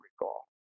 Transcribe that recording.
recall